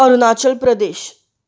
Arunachal Pradesh